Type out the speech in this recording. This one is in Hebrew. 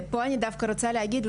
פה אני דווקא רוצה להגיד,